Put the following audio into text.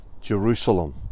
Jerusalem